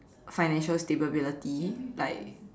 financial stability like